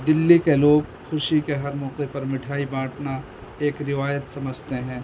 دلی کے لوگ خوشی کے ہر موقع پر مٹھائی بانٹنا ایک روایت سمجھتے ہیں